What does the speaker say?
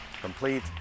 complete